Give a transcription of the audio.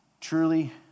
truly